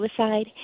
suicide